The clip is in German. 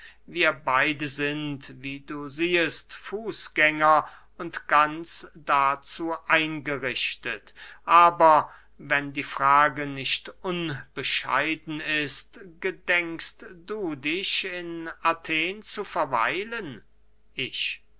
wir beide sind wie du siehest fußgänger und ganz dazu eingerichtet aber wenn die frage nicht unbescheiden ist gedenkst du dich in athen zu verweilen ich